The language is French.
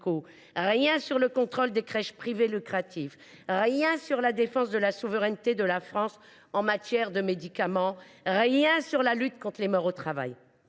rien sur le contrôle des crèches privées lucratives, rien sur la défense de la souveraineté de la France en matière de médicaments, rien sur la lutte contre les morts au travail